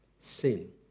sin